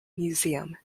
museum